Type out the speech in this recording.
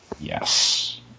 Yes